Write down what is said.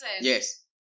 Yes